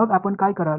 मग आपण काय कराल